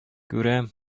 күрәм